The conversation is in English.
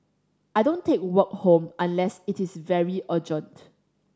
I don't take work home unless it is very urgent